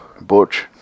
butch